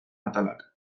atalak